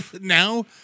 Now